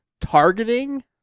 targeting